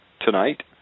tonight